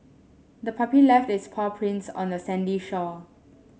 the puppy left its paw prints on the sandy shore